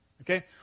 Okay